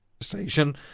station